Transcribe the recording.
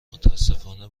متاسفانه